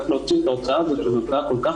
איך להוציא את ההוצאה הזאת שהיא כל כך